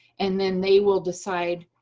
and then they will decide